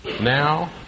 now